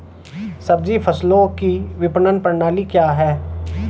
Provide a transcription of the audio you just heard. सब्जी फसलों की विपणन प्रणाली क्या है?